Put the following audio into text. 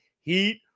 Heat